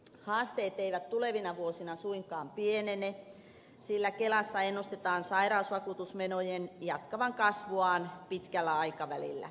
haasteet eivät tulevina vuosina suinkaan pienene sillä kelassa ennustetaan sairausvakuutusmenojen jatkavan kasvuaan pitkällä aikavälillä